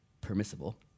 permissible